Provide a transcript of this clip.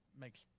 makes